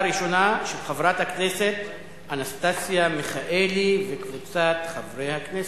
של חברת הכנסת אנסטסיה מיכאלי וקבוצת חברי הכנסת,